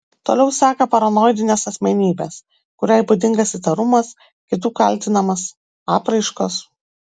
toliau seka paranoidinės asmenybės kuriai būdingas įtarumas kitų kaltinamas apraiškos